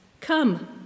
Come